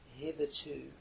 Hitherto